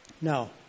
Now